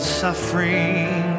suffering